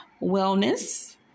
wellness